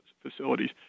facilities